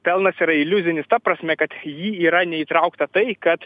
pelnas yra iliuzinis ta prasme kad į jį yra neįtraukta tai kad